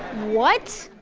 what?